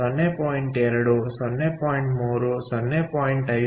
2 0